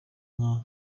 nka